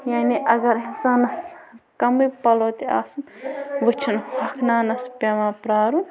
یعنی اگر اِنسانَس کَمٕے پَلَو تہِ آسَن وٕ چھِنہٕ ہوٚکھناونَس پٮ۪وان پرٛارُن